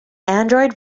android